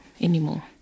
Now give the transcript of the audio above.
anymore